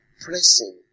pressing